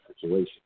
situation